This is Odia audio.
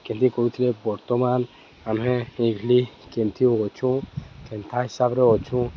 କେନ୍ତି କରୁଥିଲେ ବର୍ତ୍ତମାନ୍ ଆମେ ଇଗଲି କେନ୍ତି ଅଛୁଁ କେନ୍ତା ହିସାବ୍ରେ ଅଛୁଁ